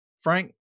Frank